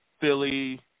Philly